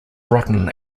rotten